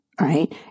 right